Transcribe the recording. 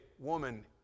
woman